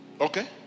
Okay